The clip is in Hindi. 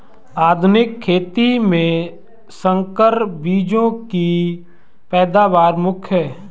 आधुनिक खेती में संकर बीजों की पैदावार मुख्य हैं